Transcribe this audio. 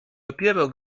dopiero